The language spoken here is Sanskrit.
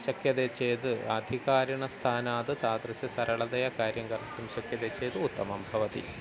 शक्यते चेद् आधिकारिणः स्थानाद् तादृशं सरलतया कार्यं कर्तुं शक्यते चेद् उत्तमं भवति